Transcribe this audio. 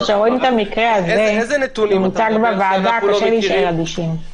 אבל כשרואים את המקרה הזה שמוצג בוועדה קשה להישאר אדישים.